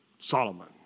Solomon